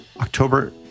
October